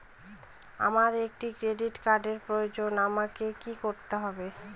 আমার একটি ক্রেডিট কার্ডের প্রয়োজন আমাকে কি করতে হবে?